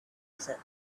desert